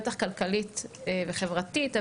בטח כלכלית וחברתית.